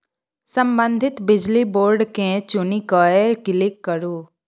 संबंधित बिजली बोर्ड केँ चुनि कए क्लिक करु